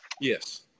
Yes